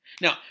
Now